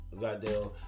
goddamn